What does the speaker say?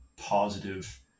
positive